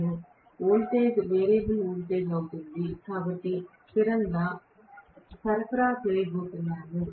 voltage variable voltage అవుతుంది కాబట్టి నేను స్థిరంగా సరఫరా చేయబోతున్నాను